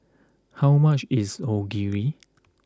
how much is Onigiri